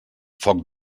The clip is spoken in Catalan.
foc